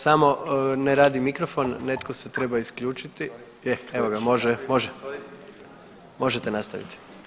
Samo ne radi mikrofon, netko se treba isključiti, je, evo ga, može, može, možete nastaviti.